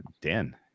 Dan